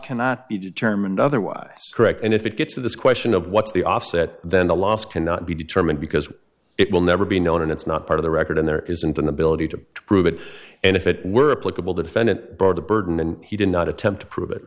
cannot be determined otherwise correct and if it gets to this question of what's the offset then the loss cannot be determined because it will never be known and it's not part of the record and there isn't an ability to prove it and if it were a political defendant the burden and he did not attempt to prove it